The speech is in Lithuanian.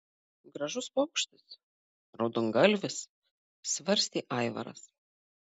gražus paukštis raudongalvis svarstė aivaras